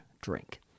drink